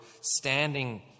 standing